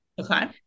Okay